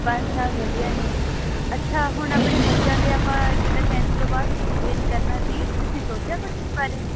ਬਸ ਸਭ ਵਧੀਆ ਨੇ ਅੱਛਾ ਹੁਣ ਆਪਣੇ ਬੱਚਿਆਂ ਦੇ ਆਪਾਂ ਜਿੱਦਾਂ ਟੈਨਥ ਤੋਂ ਬਾਅਦ ਸਕੂਲ ਚੇਂਜ ਕਰਨਾ ਸੀ ਤੁਸੀਂ ਸੋਚਿਆ ਕੁਝ ਇਸ ਬਾਰੇ